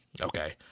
Okay